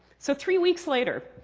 so three weeks later,